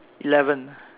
eleven